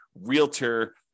realtor